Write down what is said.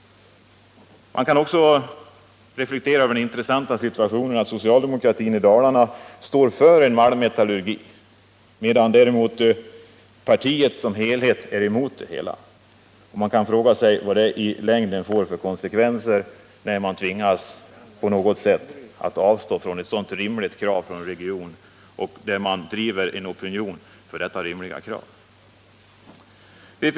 Man kan också reflektera över den intressanta situationen att socialdemokratin i Dalarna står för en malmmetallurgi, medan däremot partiet som helhet är emot detta. Jag frågar mig vad det i längden får för konsekvenser, när man tvingas på något sätt avstå från ett sådant rimligt krav i regionen, där man driver en opinion för detta rimliga krav.